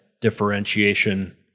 differentiation